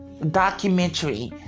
Documentary